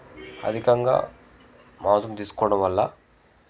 అధికంగా మాంసం తీసుకోవడం వల్ల